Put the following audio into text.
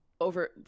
over